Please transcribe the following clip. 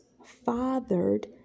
Fathered